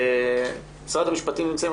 נציגי משרד המשפטים נמצאים.